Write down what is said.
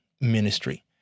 ministry